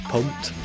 Pumped